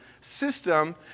system